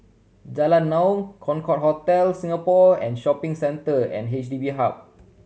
Jalan Naung Concorde Hotel Singapore and Shopping Centre and H D B Hub